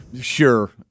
Sure